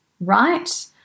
right